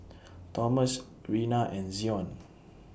Tomas Reyna and Zion